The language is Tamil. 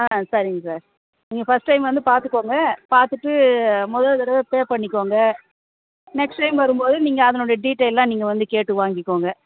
ஆ சரிங்க சார் நீங்கள் ஃபஸ்ட் டைம் வந்து பார்த்துக்கோங்க பார்த்துட்டு மொதல் தடவை பே பண்ணிக்கோங்க நெக்ஸ்ட் டைம் வரும்போது நீங்கள் அதனுடைய டீட்டெயில்லாம் நீங்கள் வந்து கேட்டு வாங்கிக்கோங்க